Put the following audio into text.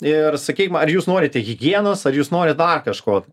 ir sakykim ar jūs norite higienos ar jūs norit dar kažko